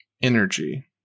energy